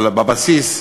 אבל בבסיס,